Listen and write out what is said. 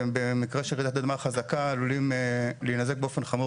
במקרה של רעידת אדמה חזקה עלולים להינזק באופן חמור